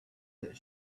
that